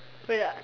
wait lah